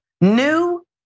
New